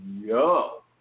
yo